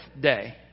day